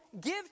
give